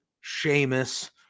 Sheamus